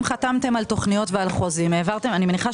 אם חתמתם על תוכניות וחוזים - אני מניחה